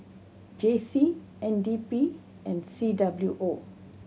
J C N D P and C W O